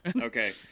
Okay